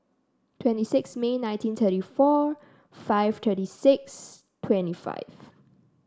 twenty six May nineteen twenty four five thirty six twenty five